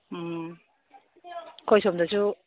ꯎꯝ ꯑꯩꯈꯣꯏ ꯁꯣꯝꯗꯁꯨ